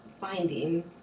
finding